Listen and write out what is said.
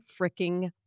freaking